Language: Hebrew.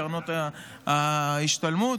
לקרנות ההשתלמות.